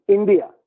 India